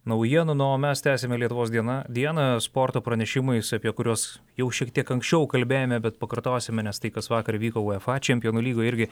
naujienų na o mes tęsiame lietuvos diena diena sporto pranešimais apie kuriuos jau šiek tiek anksčiau kalbėjome bet pakartosime nes tai kas vakar vyko uefa čempionų lygoje irgi